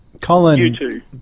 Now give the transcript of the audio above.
Colin